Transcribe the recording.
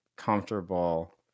comfortable